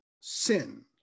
sin